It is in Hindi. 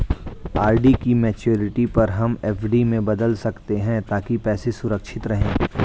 आर.डी की मैच्योरिटी पर हम एफ.डी में बदल सकते है ताकि पैसे सुरक्षित रहें